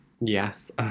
Yes